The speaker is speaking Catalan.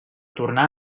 tornà